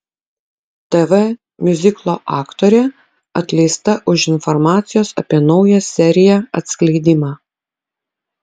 tv miuziklo aktorė atleista už informacijos apie naują seriją atskleidimą